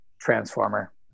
transformer